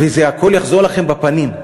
והכול יחזור לכם בפנים.